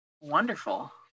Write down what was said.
Wonderful